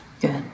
good